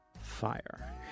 Fire